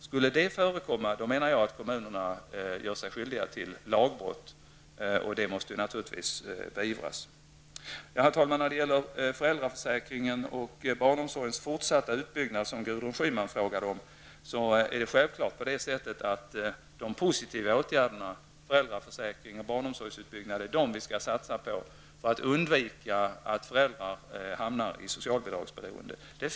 Skulle det förekomma att kommunerna inte tillgodoser detta behov, menar jag att de gör sig skyldiga till lagbrott som måste beivras. När det gäller föräldraförsäkringens fortsatta utbyggande, som Gudrun Schyman frågade om är det självklart så att vi skall satsa på de positiva åtgärderna barnomsorg och föräldraförsäkring för att undvika att föräldrar hamnar i socialbidragsberoendet.